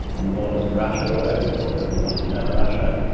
on the borders of russia, or over the border in what is now russia,